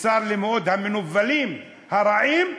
שצר לי מאוד, המנוולים, הרעים,